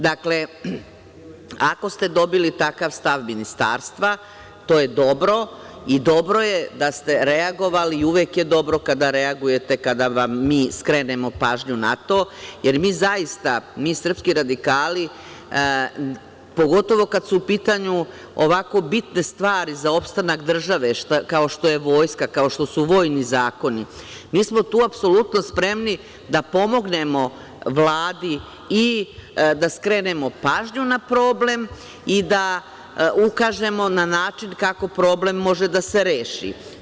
Dakle, ako ste dobili takav stav ministarstva, to je dobro, dobro je da ste reagovali, uvek je dobro kada reagujete kada vam mi skrenemo pažnju na to, jer mi zaista, mi srpski radikali, pogotovo kada su u pitanju ovako bitne stvari za opstanak države, kao što je vojska, kao što su vojni zakoni, mi smo tu apsolutno spremni da pomognemo Vladi i da skrenemo pažnju na problem i da ukažemo na način kako problem može da se reši.